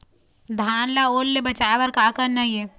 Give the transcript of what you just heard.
धान ला ओल से बचाए बर का करना ये?